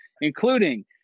including